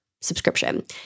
subscription